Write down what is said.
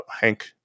hank